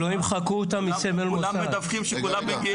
כולם מדווחים שכולם מגיעים.